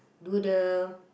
do the